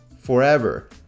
forever